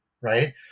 right